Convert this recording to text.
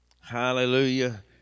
Hallelujah